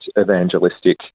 evangelistic